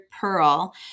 pearl